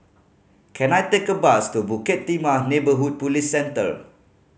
can I take a bus to Bukit Timah Neighbourhood Police Centre